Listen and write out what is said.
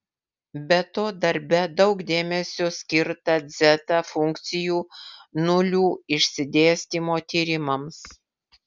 be to darbe daug dėmesio skirta dzeta funkcijų nulių išsidėstymo tyrimams